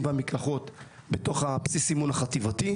והמקלחות בתוך בסיס האימון החטיבתי.